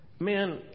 Man